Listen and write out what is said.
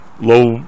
low